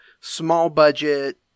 small-budget